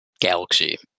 galaxy